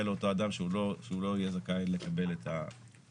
לאותו אדם שהוא לא יהיה זכאי לקבל את הפנסיה.